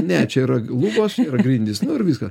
ne čia yra lubos grindys nu ir viskas